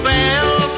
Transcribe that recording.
Bell